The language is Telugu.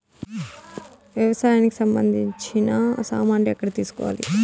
వ్యవసాయానికి సంబంధించిన సామాన్లు ఎక్కడ తీసుకోవాలి?